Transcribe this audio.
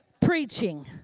preaching